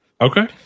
Okay